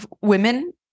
women